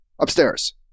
upstairs